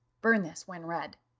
burn this when read.